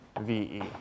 vE